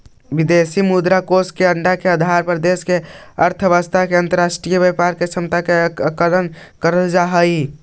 विदेशी मुद्रा कोष के आंकड़ा के आधार पर देश के अर्थव्यवस्था और अंतरराष्ट्रीय व्यापार के क्षमता के आकलन करल जा हई